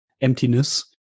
emptiness